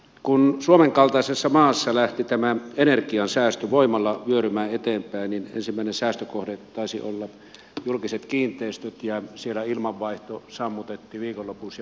kun suomen kaltaisessa maassa lähti tämä energiansäästö voimalla vyörymään eteenpäin niin ensimmäinen säästökohde taisi olla julkiset kiinteistöt ja siellä ilmanvaihto sammutettiin viikonlopuksi ja yöksi